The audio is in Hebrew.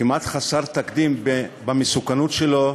כמעט חסר תקדים במסוכנות שלו,